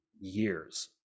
years